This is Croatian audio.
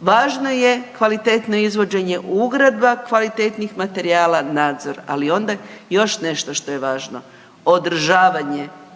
važno je kvalitetno izvođenje ugradba kvalitetnih materijala, nadzor, ali onda još nešto što je važno održavanje